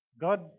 God